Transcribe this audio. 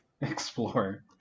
explore